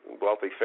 wealthy